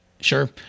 Sure